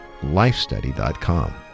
lifestudy.com